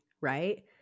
right